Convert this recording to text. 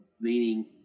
meaning